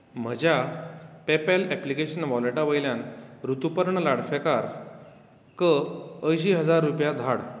म्हज्या PayPal application वॉलेटा वयल्यान ऋतुपर्ण लाडफेकारक अयंशी हजार रुपया धाड